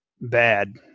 bad